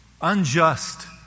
unjust